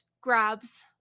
grabs